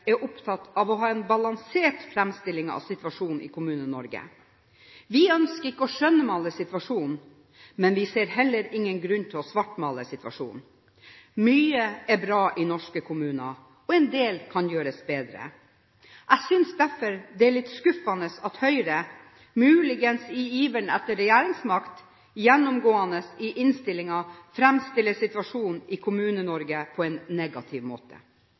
er opptatt av å ha en balansert framstilling av situasjonen i Kommune-Norge. Vi ønsker ikke å skjønnmale situasjonen, men vi ser heller ingen grunn til å svartmale situasjonen. Mye er bra i norske kommuner, og en del kan gjøres bedre. Jeg synes derfor det er litt skuffende at Høyre, muligens i iveren etter regjeringsmakt, gjennomgående i innstillingen framstiller situasjonen i Kommune-Norge på en negativ måte.